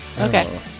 Okay